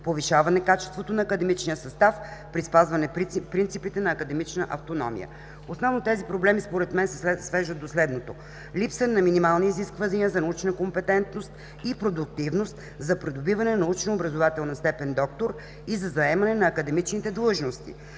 повишаване качеството на академичния състав при спазване принципите на академична автономия. Основно тези проблеми според мен се свеждат до следното: липса на минимални изисквания за научна компетентност и продуктивност за придобиване на научно образователна степен „Доктор“ и за заемане на академичните длъжности.